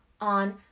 on